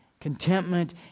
Contentment